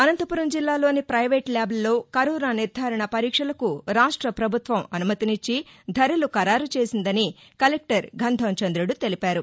అనంతపురం జిల్లాలోని పైవేటు ల్యాబ్ల్లో కరోనా నిర్దరణ పరీక్షలకు రాష్ట పభుత్వం అనుమతినిచ్చి ధరలు ఖరారు చేసిందని కలెక్టర్ గంధం చంద్రుడు తెలిపారు